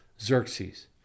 Xerxes